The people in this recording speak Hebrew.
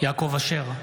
יעקב אשר,